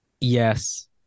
Yes